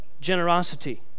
generosity